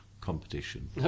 competition